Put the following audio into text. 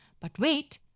but wait,